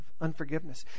unforgiveness